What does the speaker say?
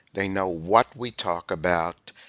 they know what we talk about.